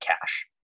cash